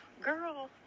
Girl